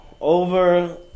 Over